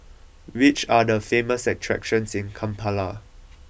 which are the famous attractions in Kampala